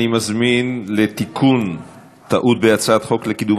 אני מזמין להצגת תיקון טעות בהצעת חוק לקידום